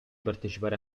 partecipare